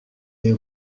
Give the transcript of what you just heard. les